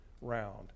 round